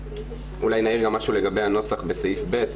אולי נעיר גם משהו לגבי הנוסח בסעיף (ב)